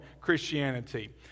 christianity